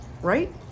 right